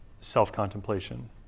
self-contemplation